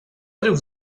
rius